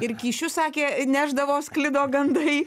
ir kyšius sakė nešdavo sklido gandai